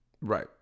Right